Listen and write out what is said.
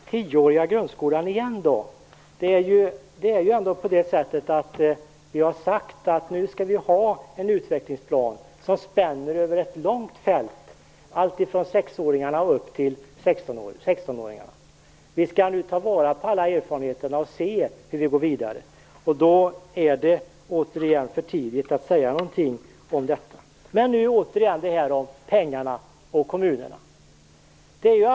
Herr talman! Den tioåriga grundskolan igen då. Vi har ndå sagt att vi nu skall ha en utvecklingsplan som spänner över ett långt fält, alltifrån 6-åringarna upp till 16-åringarna. Vi skall nu ta vara på alla erfarenheter och se hur vi går vidare. Det är för tidigt att säga någonting om detta. Återigen pengarna och kommunerna.